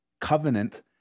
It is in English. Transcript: covenant